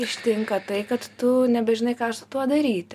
ištinka tai kad tu nebežinai ką aš su tuo daryti